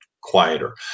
quieter